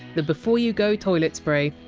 the before-you-go toilet spray.